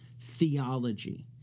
theology